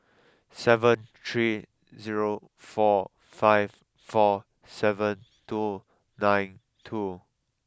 seven three zero four five four seven two nine two